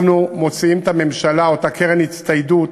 אנחנו מוציאים מהממשלה את אותה קרן הצטיידות